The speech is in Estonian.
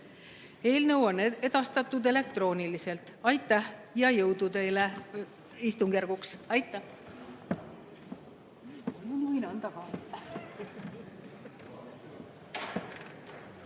Eelnõu on edastatud elektrooniliselt. Aitäh ja jõudu teile istungjärguks! Aitäh!